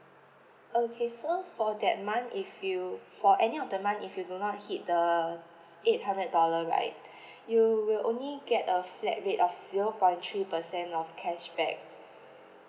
okay so for that month if you for any of the month if you do not hit the s~ eight hundred dollar right you will only get a flat rate of zero point three percent of cashback